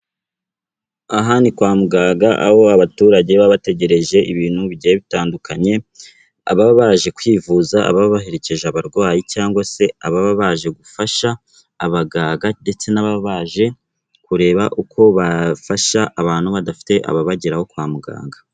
Aha ni kwa muganga aho abaturage baba bategereje ibintu bigiye bitandukanye, ababa baje kwivuza, ababa baherekeje abarwayi cyangwa se ababa baje gufasha abaganga ndetse n'ababa baje kureba uko bafasha abantu badafite ababageraho kwa muganga.